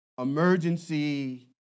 emergency